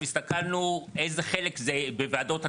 והסתכלנו איזה חלק זה בוועדות התכנון,